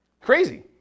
Crazy